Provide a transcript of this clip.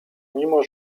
mimo